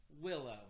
Willow